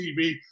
TV